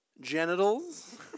genitals